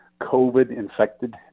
COVID-infected